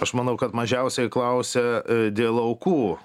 aš manau kad mažiausiai klausia dėl aukų